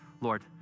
Lord